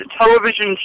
television